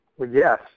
Yes